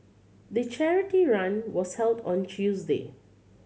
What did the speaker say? the charity run was held on Tuesday